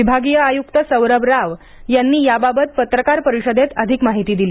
विभागीय आयुक्त सौरभ राव यांनी याबाबत पत्रकार परिषदेत अधिक माहिती दिली